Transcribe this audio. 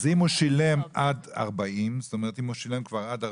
אם הוא שילם כבר עד 40,